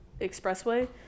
expressway